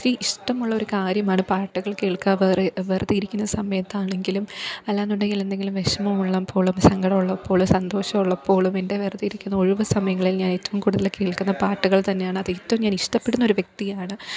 ഇഷ്ടമുള്ള ഒരു കാര്യമാണ് പാട്ടുകൾ കേള്ക്കുക വേറെ വെറുതെ ഇരിക്കുന്ന സമയത്താണെങ്കിലും അല്ല എന്നുണ്ടെങ്കിൽ എന്തെങ്കിലും വിഷമം ഉള്ളപ്പോൾ സങ്കടമുള്ളപ്പോൾ സന്തോഷമുള്ളപ്പോഴും എന്റെ വെറുതെ ഇരിക്കുന്ന ഒഴിവു സമയങ്ങളില് ഞാന് ഏറ്റവും കൂടുതൽ കേള്ക്കുന്ന പാട്ടുകള് തന്നെയാണ് അത് ഏറ്റവും ഞാന് ഇഷ്ടപ്പെടുന്ന ഒരു വ്യക്തിയാണ്